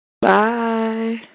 Bye